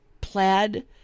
plaid